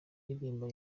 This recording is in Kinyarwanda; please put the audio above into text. iririmba